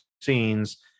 scenes